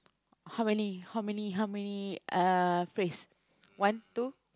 how many how many how many uh phrase one two